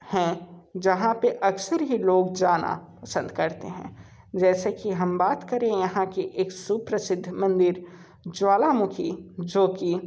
हैं जहाँ पर अक्सर ही लोग जाना पसंद करते हैं जैसे कि हम बात करें यहाँ की एक सुप्रसिद्ध मंदिर ज्वालामुखी जो कि